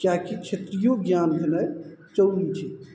किएककि क्षेत्रीय ज्ञान भेनाय जरूरी छै